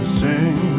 sing